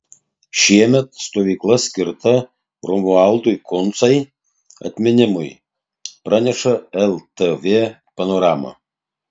šiemet stovykla skirta romualdui kuncai atminimui praneša ltv panorama